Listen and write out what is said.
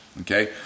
Okay